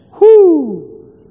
Whoo